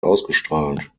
ausgestrahlt